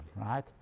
right